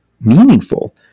meaningful